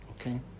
Okay